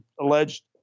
alleged